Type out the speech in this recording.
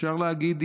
אפשר להגיד,